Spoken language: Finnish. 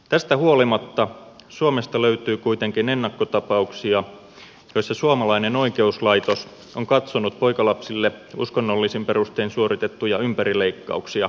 tästä huolimatta suomesta löytyy kuitenkin ennakkotapauksia joissa suomalainen oikeuslaitos on katsonut poikalapsille uskonnollisin perustein suoritettuja ympärileikkauksia läpi sormien